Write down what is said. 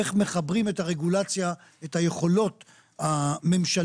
איך מחברים את הרגולציה ואת היכולות הממשלתיות,